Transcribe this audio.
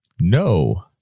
No